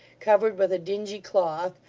covered with a dingy cloth,